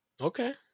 okay